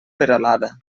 peralada